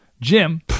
Jim